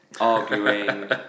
arguing